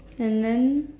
and then